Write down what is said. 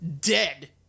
dead